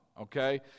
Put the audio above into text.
okay